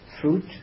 fruit